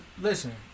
listen